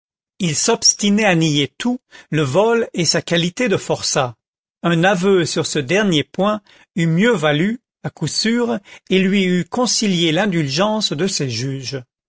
il s'obstinait à nier tout le vol et sa qualité de forçat un aveu sur ce dernier point eût mieux valu à coup sûr et lui eût concilié l'indulgence de ses juges